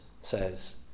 says